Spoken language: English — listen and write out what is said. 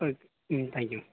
okay thank you ma'am